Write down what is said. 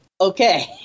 okay